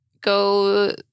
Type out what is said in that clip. Go